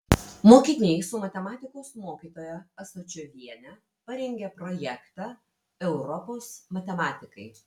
mokiniai su matematikos mokytoja asačioviene parengė projektą europos matematikai